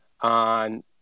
on